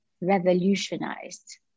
revolutionized